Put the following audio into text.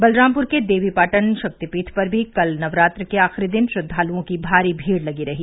बलरामपुर के देवी पाटन शक्तिपीठ पर भी कल नवरात्र के आखिरी दिन श्रद्वालुओं की भारी भीड़ लगी रही